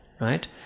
right